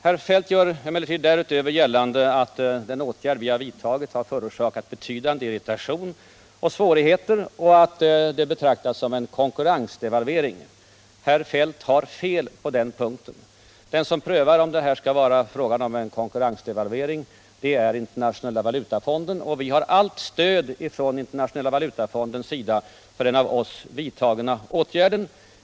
Herr Feldt gör emellertid därutöver gällande att den åtgärd vi har vidtagit har förorsakat betydande irritation och svårigheter utomlands och att den betraktas som en konkurrensdevalvering. Herr Feldt har fel på den punkten. Det organ som prövar om detta är en konkurrensdevalvering eller inte är Internationella valutafonden, och vi har allt stöd från det hållet för den av oss vidtagna åtgärden.